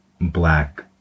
Black